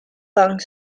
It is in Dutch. bang